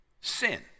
sin